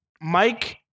Mike